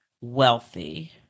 wealthy